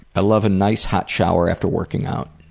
i love a nice, hot shower after working out.